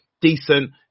Decent